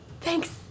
thanks